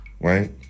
Right